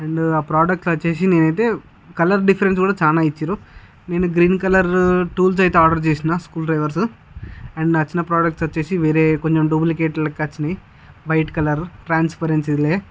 and ఆ products వచ్చేసి నేను అయితే కలర్ డిఫరెన్స్ కూడా చాలా ఇచ్చినారు నేను గ్రీన్ కలర్ టూల్స్ అయితే ఆర్డర్ చేసిన స్కూ డ్రైవర్స్ అండ్ వచ్చిన ప్రోడక్ట్స్ వచ్చేసి వేరే కొంచెం డూప్లికేట్ లెక్క వచ్చినవి వైట్ కలర్ ట్రాన్స్పరెన్సీ